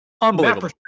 unbelievable